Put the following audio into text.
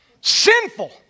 Sinful